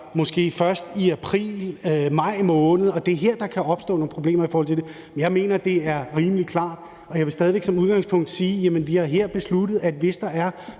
måske først i april-maj måned. Og det er her, der kan opstå nogle problemer i forhold til det. Jeg mener, det er rimelig klart, og jeg vil stadig væk som udgangspunkt sige, at vi har besluttet, at hvis der er